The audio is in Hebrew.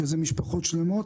וזה משפחות שלמות.